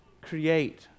create